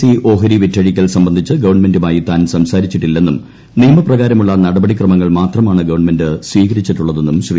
C ഓഹരി വിറ്റഴിക്കൽ സംബന്ധിച്ച് ഗവൺമെന്റുമായി താൻ സംസാരിച്ചിട്ടില്ലെന്നും നിയമപ്രകാരമുള്ള നടപടിക്രമങ്ങൾ മാത്രമാണ് ഗവൺമെന്റ് സ്വീകരിച്ചിട്ടുള്ളതെന്നും ശ്രീ